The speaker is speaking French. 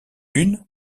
une